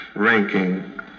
ranking